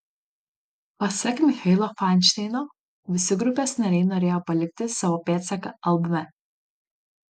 pasak michailo fainšteino visi grupės nariai norėjo palikti savo pėdsaką albume